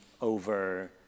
over